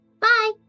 Bye